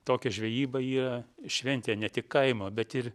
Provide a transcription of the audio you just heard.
tokia žvejyba yra šventė ne tik kaimo bet ir